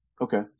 Okay